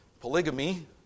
polygamy